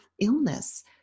illness